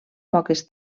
poques